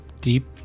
deep